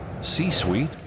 C-Suite